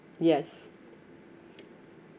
yes